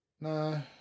No